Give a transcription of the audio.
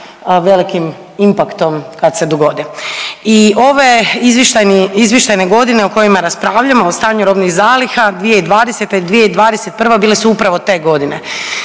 velikim impaktom kad se dogode. I ove izvještajne godine o kojima raspravljamo o stanju robnih zaliha 2020. i 2021. bile su upravo te godine.